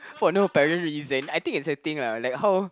for no apparent reason I think it's a thing lah like how